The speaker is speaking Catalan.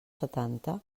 setanta